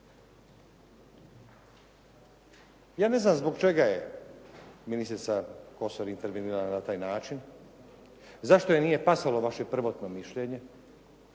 Ja ne znam zbog čega je ministrica Kosor intervenirala na taj način, zašto joj nije pasalo vaše prvotno mišljenje,